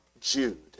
Jude